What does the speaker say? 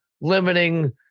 Limiting